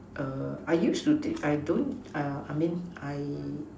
I used to think I don't I mean I